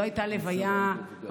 זו לא הייתה לוויה ממלכתית,